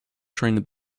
trained